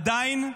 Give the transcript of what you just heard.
עדיין,